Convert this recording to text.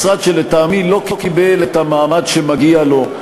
משרד שלטעמי לא קיבל את המעמד שמגיע לו.